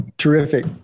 Terrific